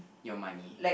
your money